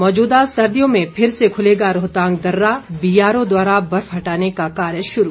मौजूदा सर्दियों में फिर से खुलेगा रोहतांग दर्रा बीआरओ द्वारा बर्फ हटाने का कार्य शुरू